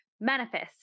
Manifest